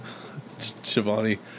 Shivani